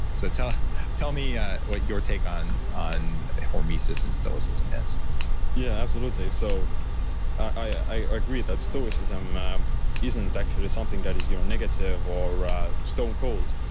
so tell tell me what your take on on hormesis and stoicism is yeah, absolutely. so i agree that stoicism isn't and actually something that is you know negative or ah stone cold.